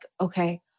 okay